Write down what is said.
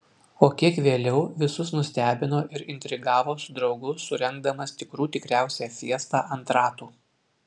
o kiek vėliau visus nustebino ir intrigavo su draugu surengdamas tikrų tikriausią fiestą ant ratų